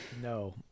no